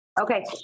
Okay